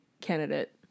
candidate